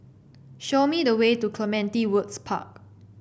show me the way to Clementi Woods Park